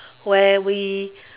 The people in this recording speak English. where we